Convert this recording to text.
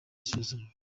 isuzuma